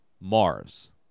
Mars